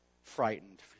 Frightened